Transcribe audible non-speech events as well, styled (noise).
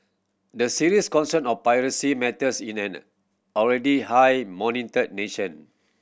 the serious concern of privacy matters in an (unintelligible) already high monitored nation